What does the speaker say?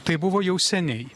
tai buvo jau seniai